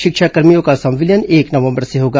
शिक्षाकर्मियों का संविलियन एक नवंबर से होगा